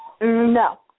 No